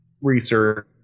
research